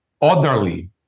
orderly